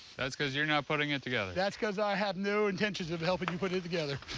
that's because you're not putting it together. that's because i have no intentions of helping you put it together.